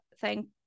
Thank